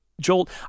jolt